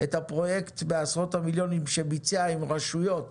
את הפרויקט בעשרות המיליונים שביצע עם רשויות